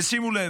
ושימו לב,